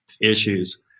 issues